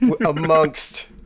amongst